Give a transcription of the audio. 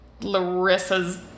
Larissa's